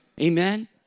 Amen